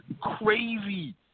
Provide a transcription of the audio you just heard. crazy